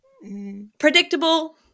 predictable